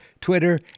Twitter